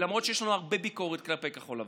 למרות שיש לנו הרבה ביקורת כלפי כחול לבן.